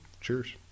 Cheers